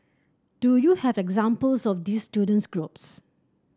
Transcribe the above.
do you have examples of these student groups